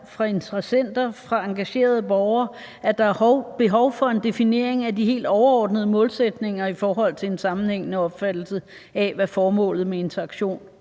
fra interessenter og fra engagerede borgere, at der er behov for en definering af de helt overordnede målsætninger i forhold til en sammenhængende opfattelse af, hvad formålet er med interaktion i